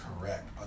correct